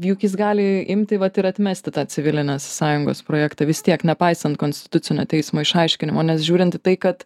juk jis gali imti vat ir atmesti tą civilinės sąjungos projektą vis tiek nepaisant konstitucinio teismo išaiškinimo nes žiūrint į tai kad